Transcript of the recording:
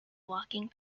walking